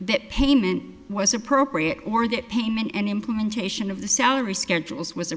that payment was appropriate or that payment and implementation of the salary schedules was